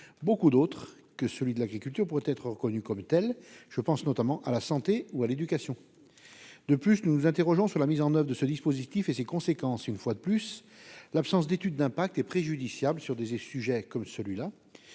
beaucoup d'autres secteurs pourraient être reconnus comme tels- je pense notamment à la santé ou à l'éducation. En outre, nous nous interrogeons sur la mise en oeuvre de ce dispositif et sur ses conséquences. Une fois de plus, l'absence d'une étude d'impact est préjudiciable sur de tels sujets.